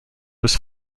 was